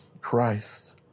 Christ